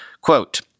Quote